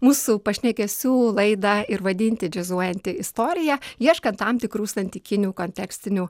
mūsų pašnekesių laidą ir vadinti džiazuojanti istorija ieškant tam tikrų santykinių kontekstinių